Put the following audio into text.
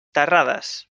terrades